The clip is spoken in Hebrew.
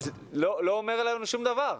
לא אומר לנו שום דבר.